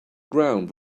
ground